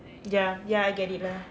ya ya I get it lah